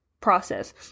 process